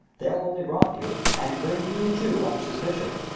they'll only rob you and bring you, too, under suspicion.